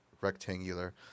rectangular